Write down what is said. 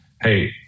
hey